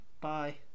bye